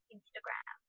Instagram